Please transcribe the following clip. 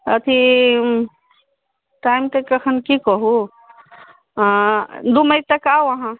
अथी टाइमके अखन की कहूँ आ दू मइ तक आउ अहाँ